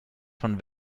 von